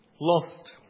Lost